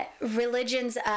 religions